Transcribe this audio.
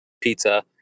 pizza